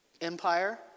Empire